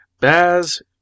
Baz